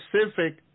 specific